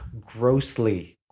grossly